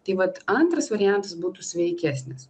tai vat antras variantas būtų sveikesnis